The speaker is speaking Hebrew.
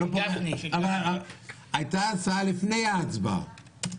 הייתה הצעה לפני ההצבעה,